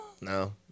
No